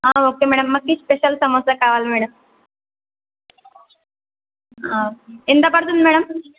okay madam మాకు special samosa కావాలి madam ఎంత పడుతుంది మేడం